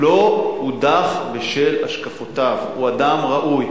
הוא לא הודח בשל השקפותיו, הוא אדם ראוי.